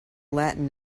latin